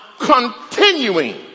continuing